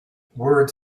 words